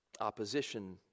opposition